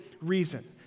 reason